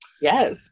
Yes